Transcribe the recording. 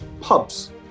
pubs